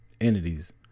entities